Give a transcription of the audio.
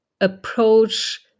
approach